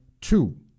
two